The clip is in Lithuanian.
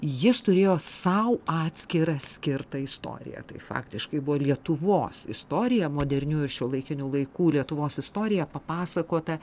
jis turėjo sau atskirą skirtą istoriją tai faktiškai buvo lietuvos istorija modernių ir šiuolaikinių laikų lietuvos istorija papasakota